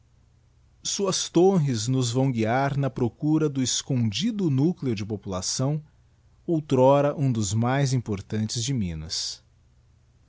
suas torres nos vão guiar na procura do escondido núcleo de população outrora um dos mais importantes de minas